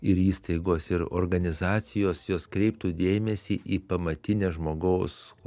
ir įstaigos ir organizacijos jos kreiptų dėmesį į pamatines žmogaus